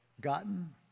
gotten